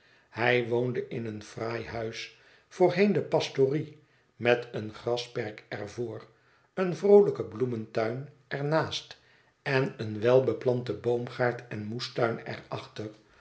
hij woonde in een fraai huis voorheen de pastorie met een grasperk er voor een vroolijken bloementuin er naast en een welbeplanten boomgaard en moestuin